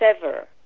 sever